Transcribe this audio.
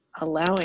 allowing